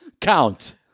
Count